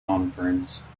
conference